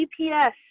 GPS